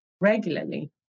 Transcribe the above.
regularly